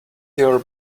your